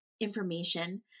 information